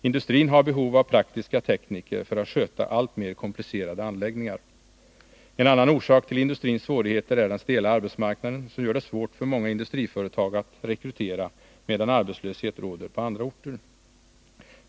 Industrin har behov av praktiska tekniker för att sköta alltmer komplicerade anläggningar. En annan orsak till industrins svårigheter är den stela arbetsmarknaden, som gör det svårt för många industriföretag att rekrytera, medan arbetslöshet råder på andra orter.